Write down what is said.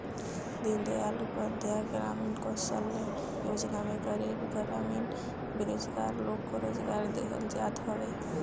दीनदयाल उपाध्याय ग्रामीण कौशल्य योजना में गरीब ग्रामीण बेरोजगार लोग को रोजगार देहल जात हवे